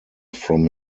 from